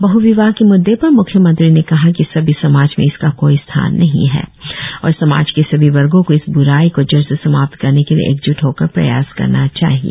बहविवाह के म्द्दे पर म्ख्यमंत्री ने कहा कि सभ्य समाज में इसका कोई स्थान नहीं है और समाज के सभी वर्गो को इस ब्राई को जड़ से समाप्त करने के लिए एक जूट होकर प्रयास करना चाहिए